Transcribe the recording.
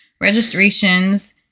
registrations